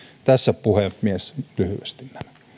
tässä puhemies lyhyesti